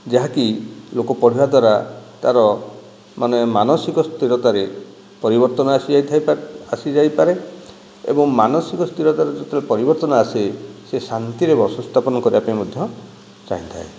ଯାହାକି ଲୋକ ପଢ଼ିବା ଦ୍ୱାରା ତାର ମାନେ ମାନସିକ ସ୍ଥିରତାରେ ପରିବର୍ତ୍ତନ ଆସି ଯାଇଥାଇପା ଆସି ଯାଇପାରେ ଏବଂ ମାନସିକ ସ୍ଥିରତାରେ ଯେତେବେଳେ ପରିବର୍ତ୍ତନ ଆସେ ସେ ଶାନ୍ତିରେ ବସ ସ୍ଥାପନ କରିବା ପାଇଁ ମଧ୍ୟ ଚାହିଁଥାଏ